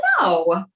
No